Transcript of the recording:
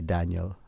Daniel